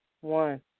One